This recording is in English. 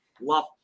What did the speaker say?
love